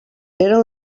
eren